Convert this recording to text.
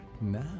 now